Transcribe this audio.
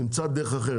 נמצא דרך אחרת.